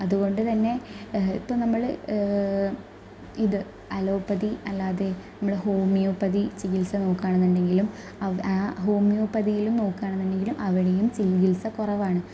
അതുകൊണ്ടു തന്നെ ഇപ്പോൾ നമ്മൾ ഇത് അലോപ്പതി അല്ലാതെ നമ്മൾ ഹോമിയോപ്പതി ചികിത്സ നോക്കുകയാണെന്നുണ്ടെങ്കിലും ആ ഹോമിയോപ്പതിയില് നോക്കുകയാണെന്നുണ്ടെങ്കിലും അവിടെയും ചികിത്സ കുറവാണ്